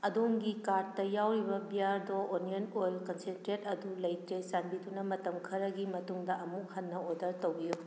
ꯑꯗꯣꯝꯒꯤ ꯀꯥꯔꯠꯇ ꯌꯥꯎꯔꯤꯕ ꯕꯤꯌꯥꯔꯗꯣ ꯑꯣꯅꯤꯌꯟ ꯑꯣꯏꯜ ꯀꯟꯁꯦꯟꯇ꯭ꯔꯦꯠ ꯑꯗꯨ ꯂꯩꯇ꯭ꯔꯦ ꯆꯥꯟꯕꯤꯗꯨꯅ ꯃꯇꯝ ꯈꯔꯒꯤ ꯃꯇꯨꯡꯗ ꯑꯃꯨꯛ ꯍꯟꯅ ꯑꯣꯔꯗꯔ ꯇꯧꯕꯤꯎ